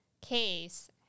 case